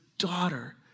daughter